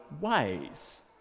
ways